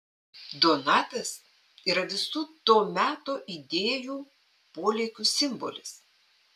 donatas yra visų to meto idėjų polėkių simbolis